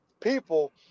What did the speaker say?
people